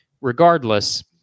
Regardless